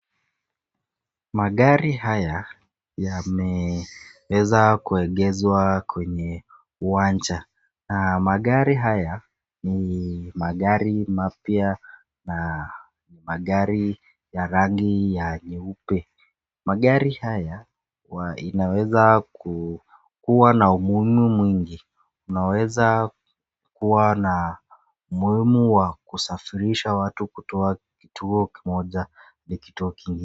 Magari haya yameeza kuegezwa kwenye uwanja magari haya ni magari mapya na ni magari ya rangi nyeupe. Magari haya inaweza kuwa na umuhimu nyingi unaweza kuwa na umuhimu wa kusafirisha watu kutoka kituo moja hadi kituo kingine.